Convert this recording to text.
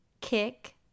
kick